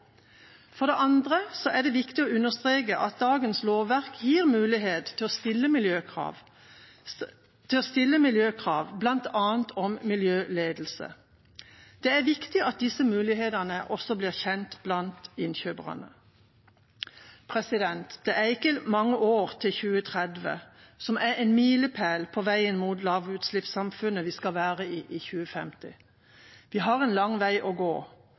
For det andre er det viktig å understreke at dagens lovverk gir mulighet til å stille miljøkrav, bl.a. om miljøledelse. Det er viktig at disse mulighetene også blir kjent blant innkjøperne. Det er ikke mange år til 2030, som er en milepæl på veien mot lavutslippssamfunnet vi skal være i i 2050. Vi har en lang vei å gå,